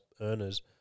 earners